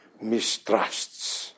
mistrusts